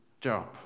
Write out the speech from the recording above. job